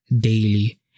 daily